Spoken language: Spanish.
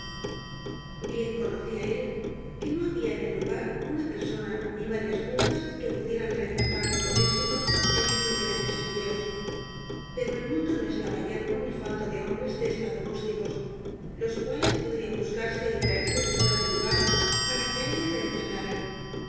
bien conocía él que no había en el lugar una persona ni varias juntas que pudieran reemplazar le con éxito en sus diferentes empleos pero el mundo no estaba yermo ni falto de hombres de estado rústicos los cuales podrían buscarse ytraerse de fuera del lugar para que á él le reemplaza